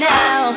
now